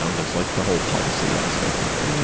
so there's like the whole policy aspect in there too,